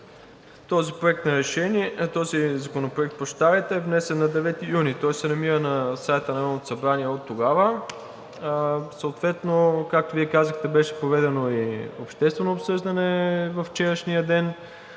Този законопроект е внесен на 9 юни. Той се намира на сайта на Народното събрание оттогава. Съответно, както Вие казахте, беше проведено и обществено обсъждане във вчерашния ден,